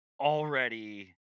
already